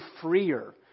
freer